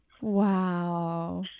Wow